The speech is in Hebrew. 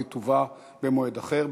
והיא תובא במועד אחר.